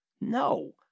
No